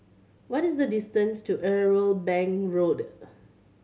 what is the distance to Irwell Bank Road